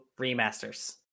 Remasters